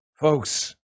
Folks